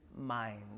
mind